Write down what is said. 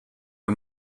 are